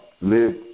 live